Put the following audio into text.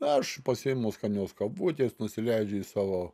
aš pasiimu skanios kavutės nusileidžiu į savo